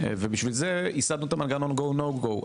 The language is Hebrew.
לכן ייסדנו את מנגנון הגו נו גו.